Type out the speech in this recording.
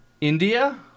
India